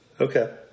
Okay